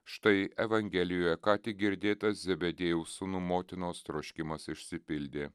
štai evangelijoje ką tik girdėtas zebediejaus sūnų motinos troškimas išsipildė